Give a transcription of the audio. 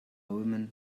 woman